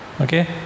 okay